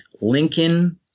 Lincoln